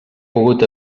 pogut